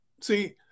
See